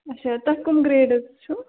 اَچھا تۄہہِ کٕم گرٛیڈ حظ چھُو